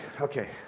okay